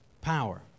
power